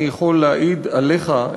אני יכול להעיד עליך,